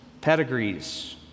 pedigrees